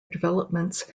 developments